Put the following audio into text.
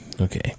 Okay